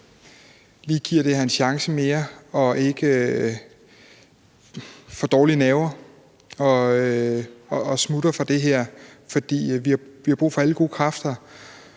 lige giver det her en chance mere og ikke får dårlige nerver og smutter fra det her. For vi har brug for alle gode kræfter.